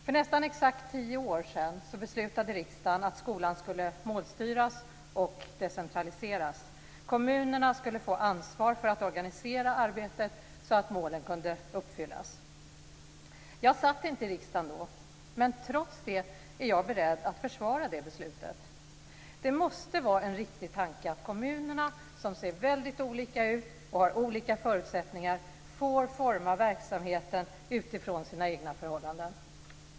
För nästan exakt tio år sedan beslutade riksdagen att skolan skulle målstyras och decentraliseras. Kommunerna skulle få ansvar för att organisera arbetet så att målen kunde uppfyllas. Jag satt inte i riksdagen då, men trots det är jag beredd att försvara det beslutet. Det måste vara en riktig tanke att kommunerna, som ser väldigt olika ut och har olika förutsättningar, får forma verksamheten utifrån sina egna förhållanden.